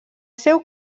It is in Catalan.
seu